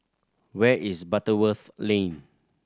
where is Butterworth Lane